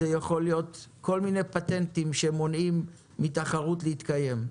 זה יכול להיות כל מיני פטנטים שמונעים מתחרות להתקיים.